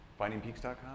findingpeaks.com